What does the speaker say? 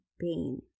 pain